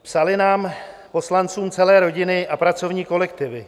Psaly nám, poslancům, celé rodiny a pracovní kolektivy.